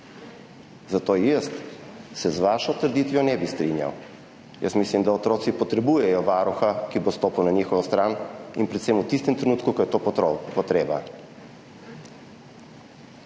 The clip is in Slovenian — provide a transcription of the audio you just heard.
Zato se jaz z vašo trditvijo ne bi strinjal. Mislim, da otroci potrebujejo varuha, ki bo stopil na njihovo stran, predvsem v tistem trenutku, ko je po tem potreba.